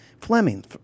Fleming